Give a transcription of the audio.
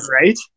right